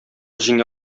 җиңә